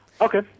Okay